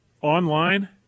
online